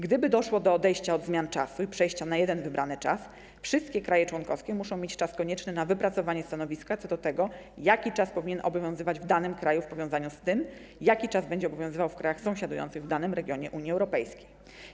Gdyby doszło do odejścia od zmian czasu i przejścia na jeden wybrany czas, wszystkie kraje członkowskie musiałyby mieć czas konieczny na wypracowanie stanowiska co do tego, jaki czas powinien obowiązywać w danym kraju w powiązaniu z tym, jaki czas będzie obowiązywał w krajach sąsiadujących w danym regionie Unii Europejskiej.